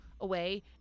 away